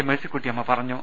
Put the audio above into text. മേഴ്സിക്കുട്ടിയമ്മ പറഞ്ഞു